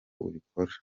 ubikora